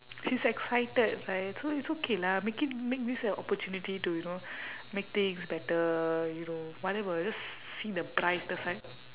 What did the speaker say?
she's excited right so it's it's okay lah make it make this an opportunity to you know make things better you know whatever just see the brighter side